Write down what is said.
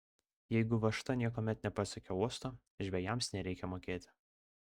jeigu važta niekuomet nepasiekia uosto žvejams nereikia mokėti